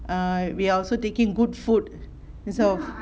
err we also take in good food instead of